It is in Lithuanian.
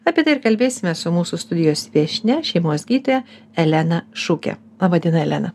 apie tai ir kalbėsime su mūsų studijos viešnia šeimos gydytoja elena šuke laba diena elena